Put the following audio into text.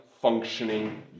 functioning